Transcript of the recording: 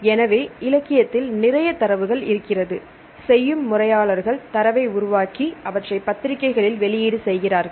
எனவே இலக்கியத்தில் நிறைய தரவுகள் இருக்கிறது செய்யும் முறையாளர்கள் தரவை உருவாக்கி அவற்றை பத்திரிக்கைகளில் வெளியீடு செய்கிறார்கள்